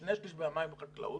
שני שליש מהמים לחקלאות,